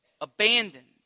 abandoned